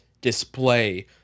display